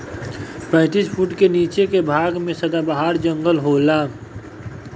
पैतीस फुट के नीचे के भाग में सदाबहार जंगल होला